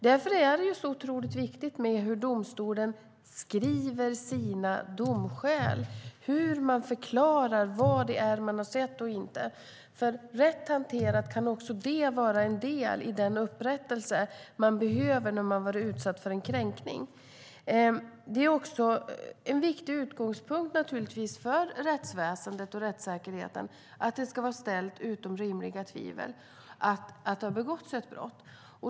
Därför är det så otroligt viktigt hur domstolen skriver sina domskäl och hur den förklarar vad den har sett och inte. Rätt hanterat kan också det vara en del i den upprättelse som man behöver när man har varit utsatt för en kränkning. En viktig utgångspunkt för rättsväsendet och rättssäkerheten är naturligtvis att det ska vara ställt utom rimliga tvivel att det har begåtts ett brott.